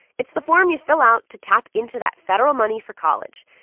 it's the form you fill out to tap into that federal money for college.